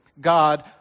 God